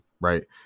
right